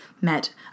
met